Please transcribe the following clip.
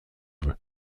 veut